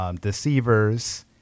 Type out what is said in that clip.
deceivers